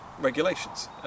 regulations